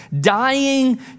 Dying